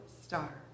Star